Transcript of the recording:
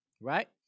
Right